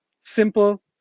simple